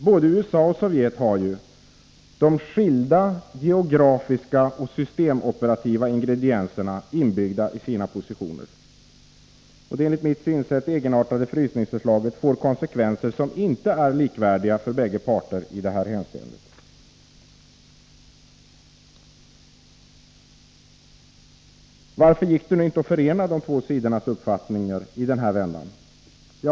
Både USA och Sovjet har ju de skilda geografiska och systemoperativa ingredienserna inbygda i sina positioner. Det enligt mitt synsätt egenartade frysningsförslaget får konsekvenser som inte är likvärdiga för bägge parter. Varför gick det inte att förena de två sidornas uppfattningar i den vändan?